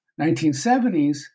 1970s